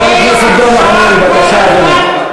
חבר הכנסת דב חנין, בבקשה, לדוכן.